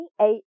28